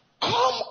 come